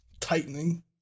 tightening